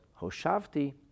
Hoshavti